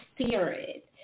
spirit